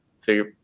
figure